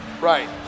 Right